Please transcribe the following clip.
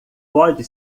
pode